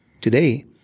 Today